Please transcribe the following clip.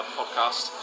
podcast